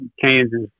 Kansas